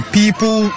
people